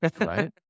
Right